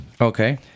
Okay